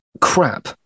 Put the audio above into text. crap